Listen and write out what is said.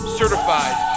certified